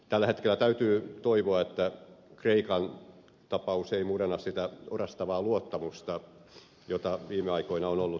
tällä hetkellä täytyy toivoa että kreikan tapaus ei murenna sitä orastavaa luottamusta jota viime aikoina on ollut havaittavissa